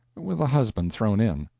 with a husband thrown in.